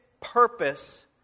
purpose